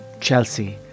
Chelsea